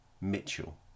Mitchell